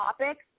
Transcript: topics